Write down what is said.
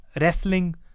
wrestling